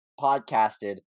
podcasted